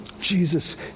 Jesus